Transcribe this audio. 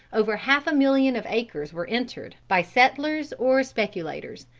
over half a million of acres were entered, by settlers or speculators.